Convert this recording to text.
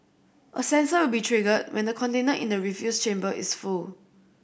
a sensor will be triggered when the container in the refuse chamber is full